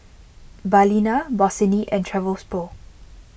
Balina Bossini and Travelpro